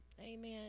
Amen